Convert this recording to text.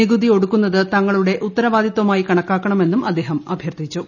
നികുതി ഒടുക്കുന്നത് തങ്ങളുടെ ഉത്തരവാ ദിത്തമായി കണക്കാക്കണമെന്നും അദ്ദേഹം അഭ്യർത്ഥിച്ചു